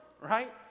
right